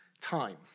time